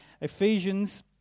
Ephesians